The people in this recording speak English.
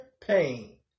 pain